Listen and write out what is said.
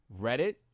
reddit